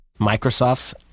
Microsoft's